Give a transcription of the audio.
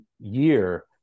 year